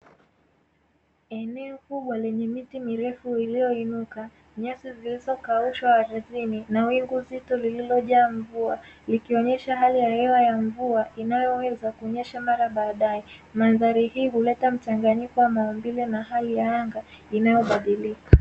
Eneo kubwa lenye miti mirefu iliyoinuka, nyasi zilizokaushwa ardhini na wingu zito lililojaa mvua; likionyesha hali ya hewa ya mvua inayoweza kunyesha mara baadaye. Mandhari hii huleta mchanganyiko wa maumbile na hali ya anga inayobadilika.